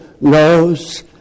knows